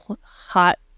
hot